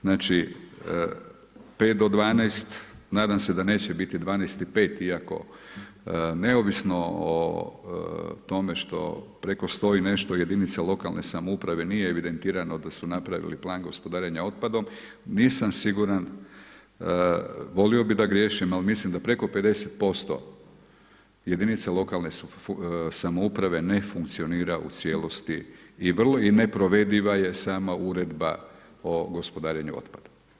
Znači, 5 do 12, nadam se da neće biti 12 i 5 iako neovisno o tome što preko 100 i nešto jedinica lokalne samouprave nije evidentirano da su napravili plan gospodarenja otpadom, nisam siguran, volio bi da griješim ali mislim da preko 50% jedinica lokalne samouprave ne funkcionira u cijelosti i vrlo neprovediva je sama uredba o gospodarenju otpadom.